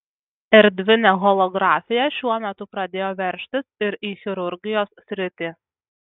erdvinė holografija šiuo metu pradėjo veržtis ir į chirurgijos sritį